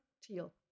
teal